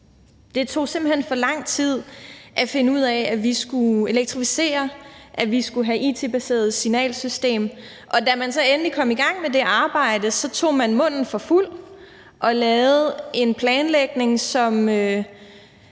Det tog simpelt hen for lang tid at finde ud af, at vi skulle elektrificere, at vi skulle have et it-baseret signalsystem, og da man så endelig kom i gang med det arbejde, tog man munden for fuld og lavede en planlægning, som